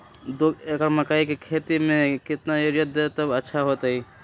दो एकड़ मकई के खेती म केतना यूरिया देब त अच्छा होतई?